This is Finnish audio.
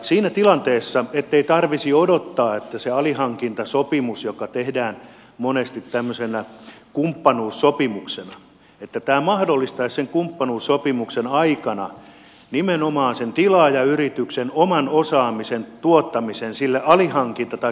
siinä tilanteessa ettei tarvitsisi odottaa sitä alihankintasopimusta joka tehdään monesti tämmöisenä kumppanuussopimuksena pitäisi osata huomioida se että tämä mahdollistaisi sen kumppanuussopimuksen aikana nimenomaan sen tilaajayrityksen oman osaamisen tuottamisen sille alihankinta tai kunnossapitoyritykselle